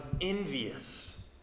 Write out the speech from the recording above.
envious